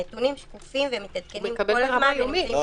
הנתונים שקופים והם מתעדכנים כל הזמן ברמה היומית.